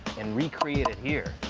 and recreate it here.